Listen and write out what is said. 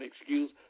excuse